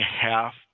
half